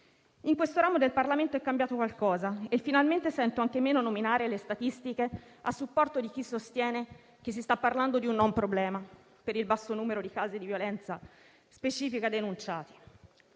In questo ramo del Parlamento è cambiato qualcosa e finalmente sento anche meno nominare le statistiche a supporto di chi sostiene che si sta parlando di un non problema per il basso numero di casi di violenza specifica denunciati.